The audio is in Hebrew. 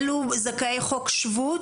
אלה זכאי חוק שבות?